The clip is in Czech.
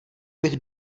bych